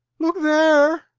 look there!